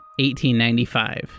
1895